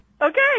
okay